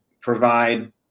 provide